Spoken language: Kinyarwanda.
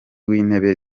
w’intebe